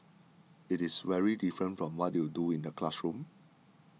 it is very different from what you do in the classroom